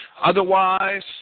otherwise